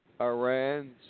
Iran